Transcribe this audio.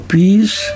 peace